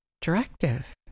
directive